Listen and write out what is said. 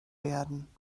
werden